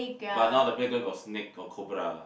but now the playground got snake got cobra